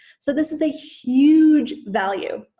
so this is a huge value,